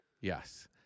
Yes